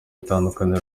itandukaniro